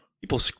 People